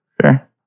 Sure